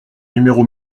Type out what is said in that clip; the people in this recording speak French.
numéro